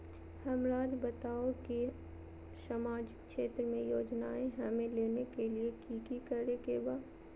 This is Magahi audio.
हमराज़ बताओ कि सामाजिक क्षेत्र की योजनाएं हमें लेने के लिए कि कि करे के बा?